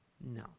no